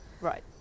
Right